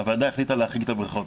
הוועדה החליטה להחריג את הבריכות,